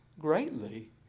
greatly